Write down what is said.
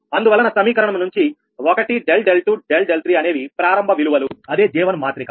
అందువలన సమీకరణం నుంచి 1 ∆𝛿2 ∆𝛿3 అనేవి ప్రారంభ విలువలు అదే J1 మాత్రిక